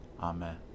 Amen